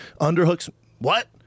underhooks—what